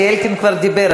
כי אלקין כבר דיבר,